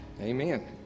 Amen